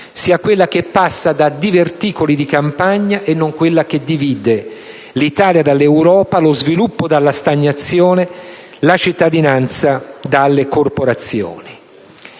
sia quella che passa da diverticoli di campagna e non quella che divide l'Italia dall'Europa, lo sviluppo dalla stagnazione, la cittadinanza dalle corporazioni.